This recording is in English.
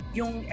yung